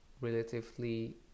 relatively